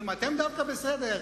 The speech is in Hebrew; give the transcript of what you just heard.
ואומר: אתם דווקא בסדר,